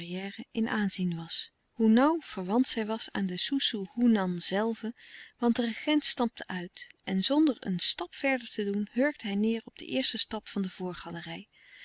in aanzien was hoe nauw verwant zij was aan den soesoehoenan zelven want de regent stapte uit en zonder een stap verder te doen hurkte hij neêr op de eerste trap van de voorgalerij